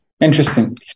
Interesting